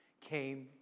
came